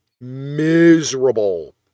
miserable